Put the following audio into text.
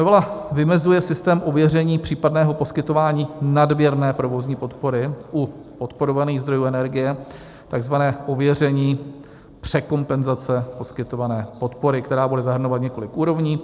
Novela vymezuje systém ověření případného poskytování nadměrné provozní podpory u podporovaných zdrojů energie, takzvané ověření překompenzace poskytované podpory, která bude zahrnovat několik úrovní.